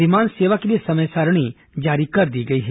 विमान सेवा के लिए समय सारिणी जारी कर दी गई है